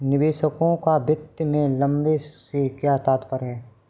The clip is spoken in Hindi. निवेशकों का वित्त में लंबे से क्या तात्पर्य है?